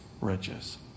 riches